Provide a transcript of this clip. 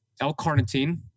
L-carnitine